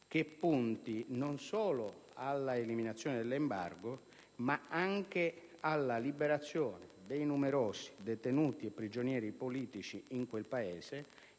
che punti non solo all'eliminazione dell'embargo, ma anche alla liberazione dei numerosi detenuti e prigionieri politici in quel Paese